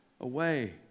away